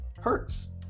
hurts